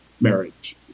marriage